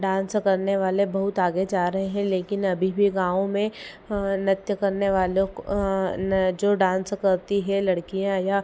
dance करने वाले बहुत आगे जा रहे हें लेकिन अभी भी गाँव में नृत्य करने वालों को ना जो डान्स करती हैं लड़कियाँ या